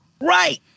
Right